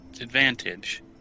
advantage